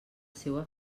seua